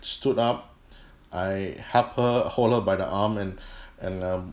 stood up I help her hold her by the arm and and um